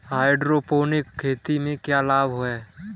Hydroponic खेती से क्या लाभ हैं?